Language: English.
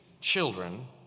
children